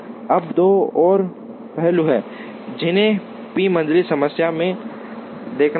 अब दो और पहलू हैं जिन्हें पी मंझली समस्या में देखना होगा